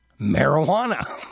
Marijuana